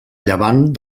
llevant